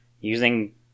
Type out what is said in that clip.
Using